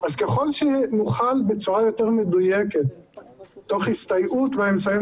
אז ככל שנוכל לאתר בצורה מדויקת בהסתייעות באמצעים